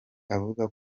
avuga